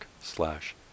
slash